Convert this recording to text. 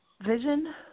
vision